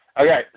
Okay